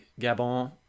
Gabon